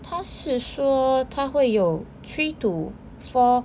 他是说他会有 three to four